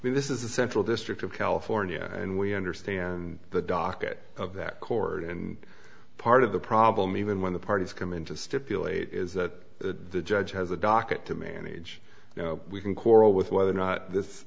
mean this is the central district of california and we understand the docket of that chord and part of the problem even when the parties come in to stipulate is that the judge has a docket to manage you know we can quarrel with whether or not this